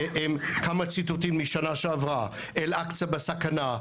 כמה ציטוטים משנה שעברה: "אל אקצה בסכנה",